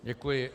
Děkuji.